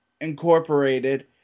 Incorporated